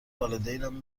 والدینم